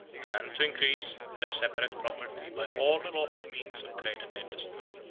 and to increase their separate property by all the lawful means of trade and industry.